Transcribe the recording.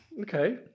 Okay